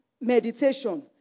meditation